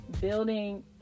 building